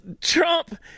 Trump